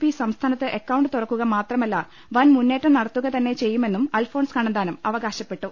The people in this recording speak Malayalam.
പി സംസ്ഥാനത്ത് അക്കൌണ്ട് തുറക്കുക മാത്രമല്ല വൻ മുന്നേറ്റം നട ത്തുകതന്നെ ചെയ്യുമെന്നും കണ്ണന്താനം അവകാശപ്പെട്ടു